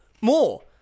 more